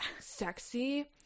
sexy